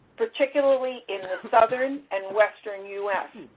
particularly in the southern and western u s,